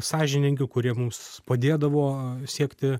sąžiningi kurie mums padėdavo siekti